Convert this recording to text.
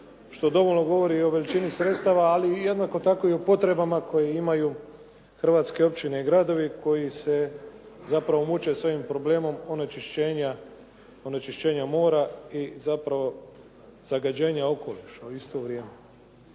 što dovoljno govori o veličini sredstava, ali i jednako tako i o potrebama koje imaju hrvatske općine i gradovi koji se zapravo muče s ovim problemom onečišćenja mora i zapravo zagađenja okoliša u isto vrijeme.